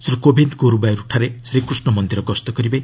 ଶ୍ରୀ କୋବିନ୍ଦ ଗୁରୁବାୟୁରୁଠାରେ ଶ୍ରୀକୃଷ୍ଣ ମନ୍ଦିର ଗସ୍ତ କରିବେ